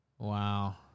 Wow